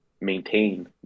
maintain